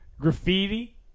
Graffiti